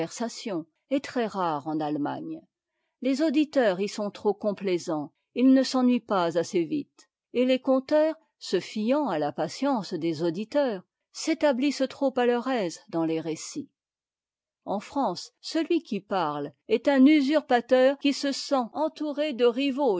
est très rare en allemagne les auditeurs y sont trop complaisants ils ne s'ennuient pas assez vite et les conteurs se fiant à la patience des auditeurs s'établissent trop à leur aise dans les récits en france celui qui parle est un usurpateur qui se sent entouré de rivaux